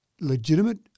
legitimate